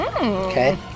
Okay